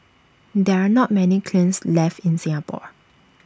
there are not many kilns left in Singapore